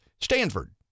Stanford